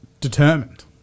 determined